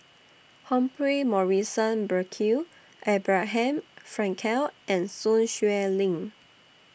Humphrey Morrison Burkill Abraham Frankel and Sun Xueling